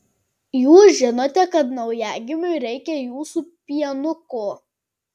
jūs žinote kad naujagimiui reikia jūsų pienuko